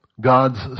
God's